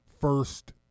first